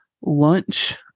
lunch